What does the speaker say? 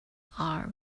all